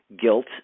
guilt